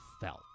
felt